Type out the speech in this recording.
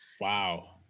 wow